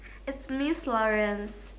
it's miss Lawrence